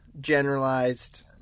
generalized